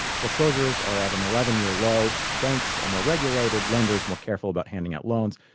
foreclosures are at an eleven year low. banks are more regulated, lenders more careful about handing out loans.